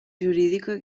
jurídica